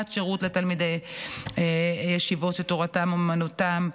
שירות לתלמידי ישיבות שתורתם אומנותם.